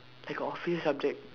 like a office subject